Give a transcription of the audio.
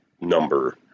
number